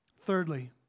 Thirdly